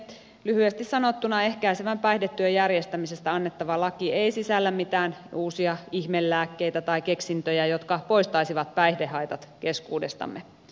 lyhyesti sanottuna ehkäisevän päihdetyön järjestämisestä annettava laki ei sisällä mitään uusia ihmelääkkeitä tai keksintöjä jotka poistaisivat päihdehaitat keskuudestamme